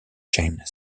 chained